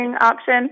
option